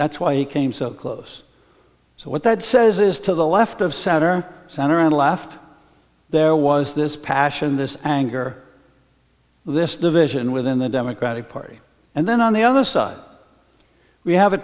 that's why he came so close so what that says is to the left of center center and left there was this passion this anger this division within the democratic party and then on the other side we have a